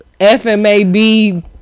fmab